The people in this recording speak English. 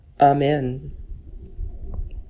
Amen